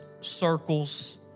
circles